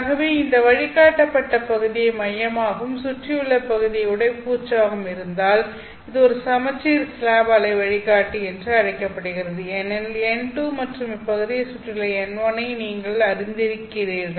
ஆகவே இந்த வழிகாட்டப்பட்ட பகுதியை மையமாகவும் சுற்றியுள்ள பகுதியை உடைப்பூச்சாகவும் இருந்தால் இது ஒரு சமச்சீர் ஸ்லாப் அலை வழிகாட்டி என்று அழைக்கப்படுகிறது ஏனெனில் n2 மற்றும் இப்பகுதியைச் சுற்றியுள்ள n1 ஐ நீங்கள் அறிந்திருக்கிறீர்கள்